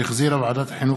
שהחזירה ועדת החינוך,